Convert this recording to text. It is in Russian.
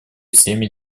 всеми